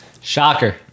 Shocker